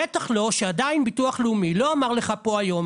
בטח לא שעדיין ביטוח לאומי לא אמר לך פה היום,